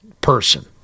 person